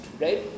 right